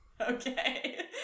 Okay